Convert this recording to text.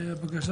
הבקשה